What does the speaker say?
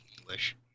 english